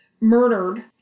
murdered